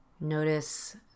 Notice